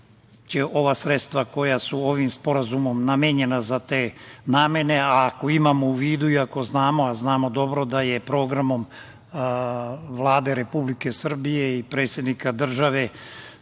će ova sredstva koja su ovim sporazumom namenjena za te namene, a ako imamo u vidu i ako znamo, a znamo dobro da je programom Vlade Republike Srbije i predsednika države